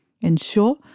Ensure